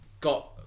got